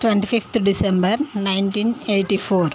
twenty fifth December nineteen eighty four